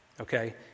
okay